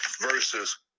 versus